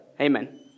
amen